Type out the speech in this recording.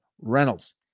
Reynolds